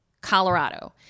Colorado